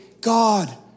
God